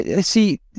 see